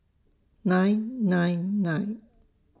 nine nine nine